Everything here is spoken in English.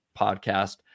podcast